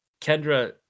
kendra